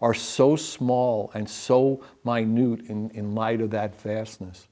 are so small and so minute in light of that vastness